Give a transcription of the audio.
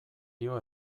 dio